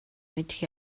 мэдэх